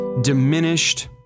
diminished